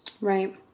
Right